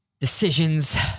decisions